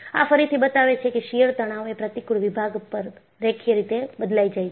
આ ફરીથી બતાવે છે કે શીયરતણાવ એ પ્રતિકુળ વિભાગ પર રેખીય રીતે બદલાય જાય છે